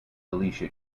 alicia